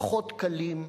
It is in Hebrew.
פחות קלים,